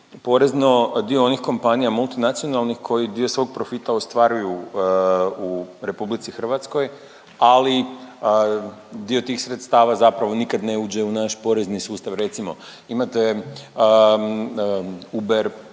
porezno dio onih kompanija multinacionalnih koji dio svog profita ostvaruju u RH, ali dio tih sredstava zapravo nikad ne uđe u naš porezni sustav? Recimo, imate Uber, Bolt,